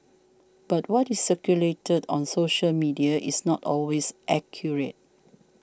but what is circulated on social media is not always accurate